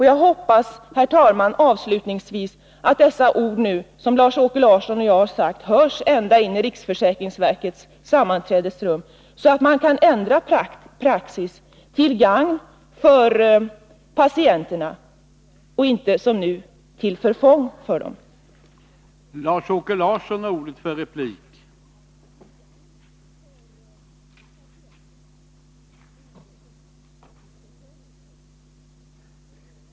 Jag hoppas avslutningsvis, herr talman, att det som Lars-Åke Larsson och jag nu har sagt hörs ända in i riksförsäkringsverkets sammanträdesrum, så att man kan ändra praxis till gagn för patienterna — inte som nu till förfång för patienterna.